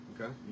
Okay